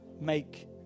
make